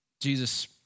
Jesus